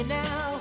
now